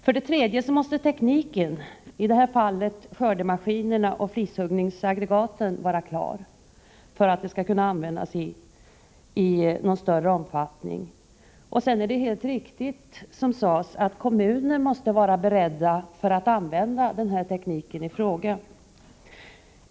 För det tredje måste tekniken — i det här fallet skördemaskiner och flishuggningsaggregat — vara klar för att den skall kunna användas i någon större omfattning. Det är helt riktigt, som sades, att kommunerna måste vara beredda att använda tekniken i fråga.